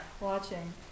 watching